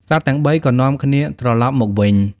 សត្វទាំងបីក៏នាំគ្នាត្រឡប់មកវិញ។